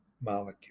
molecule